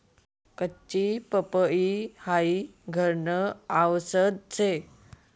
कच्ची पपई हाई घरन आवषद शे